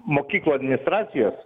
mokyklų administracijos